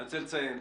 אני רוצה לציין,